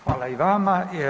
Hvala i vama.